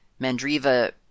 Mandriva